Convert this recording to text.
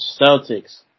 Celtics